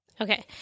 Okay